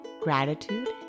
Gratitude